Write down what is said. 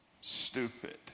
stupid